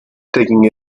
taking